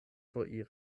foriri